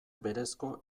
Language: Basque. berezko